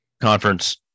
conference